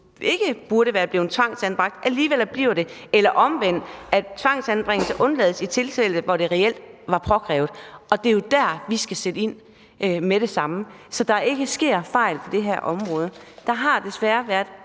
ikke burde være blevet tvangsanbragt, alligevel bliver det, eller omvendt, at tvangsanbringelse undlades i tilfælde, hvor det reelt var påkrævet. Det er jo der, vi skal sætte ind med det samme, så der ikke sker fejl på det her område. Der har desværre været